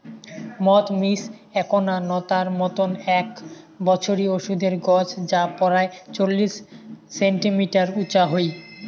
মথ সিম এ্যাকনা নতার মতন এ্যাক বছরি ওষুধের গছ যা পরায় চল্লিশ সেন্টিমিটার উচা হই